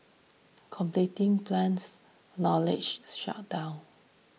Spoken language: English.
competing plans knowledge showdown